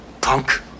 punk